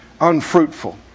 unfruitful